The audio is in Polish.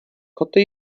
koty